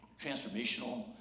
transformational